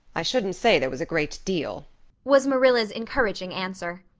i shouldn't say there was a great deal was marilla's encouraging answer.